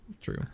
True